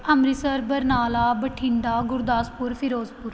Amritsar Barnala Bathinda Gurdaspur Firozpur